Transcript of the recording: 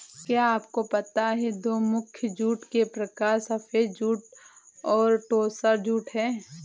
क्या आपको पता है दो मुख्य जूट के प्रकार सफ़ेद जूट और टोसा जूट है